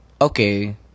Okay